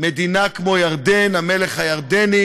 מדינה כמו ירדן, המלך הירדני,